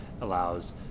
allows